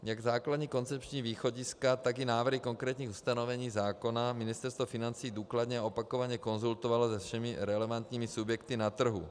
Jak základní koncepční východiska, tak i návrhy konkrétních ustanovení zákona Ministerstvo financí důkladně a opakovaně konzultovalo se všemi relevantními subjekty na trhu.